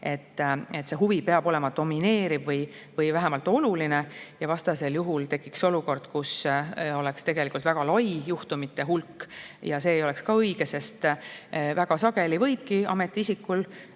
et see huvi peab olema domineeriv või vähemalt oluline, vastasel juhul tekiks olukord, kus oleks väga lai juhtumite hulk. Ja see ei oleks ka õige, sest väga sageli võibki nii ametiisikul